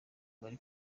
wari